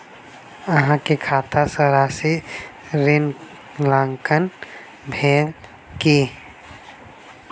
अहाँ के खाता सॅ राशि ऋणांकन भेल की?